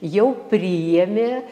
jau priėmė